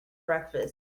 breakfast